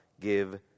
give